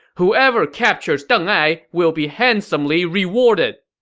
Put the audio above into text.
whoever captures deng ai will be handsomely rewarded!